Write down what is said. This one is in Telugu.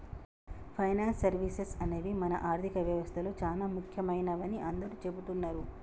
ఫైనాన్స్ సర్వీసెస్ అనేవి మన ఆర్థిక వ్యవస్తలో చానా ముఖ్యమైనవని అందరూ చెబుతున్నరు